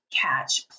catch